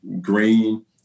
green